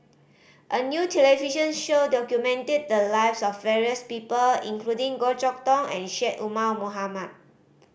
a new television show documented the lives of various people including Goh Chok Tong and Syed Omar Mohamed